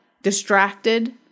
distracted